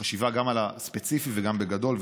חשיבה גם על הספציפי וגם בגדול,